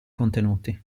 contenuti